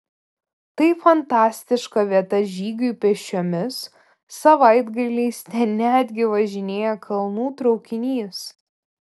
tai fantastiška vieta žygiui pėsčiomis savaitgaliais ten netgi važinėja kalnų traukinys